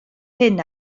hyn